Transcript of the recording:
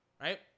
Right